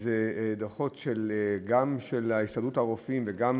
הם גם דוחות של הסתדרות הרופאים וגם